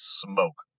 smoke